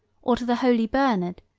or to the holy bernard,